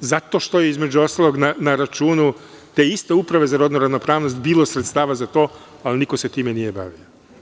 zato što je, između ostalog, na računu te iste uprave za rodnu ravnopravnost bilo sredstava za to, ali niko se time nije bavio.